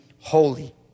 holy